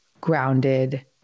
grounded